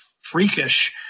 freakish